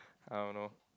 I don't know